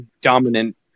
dominant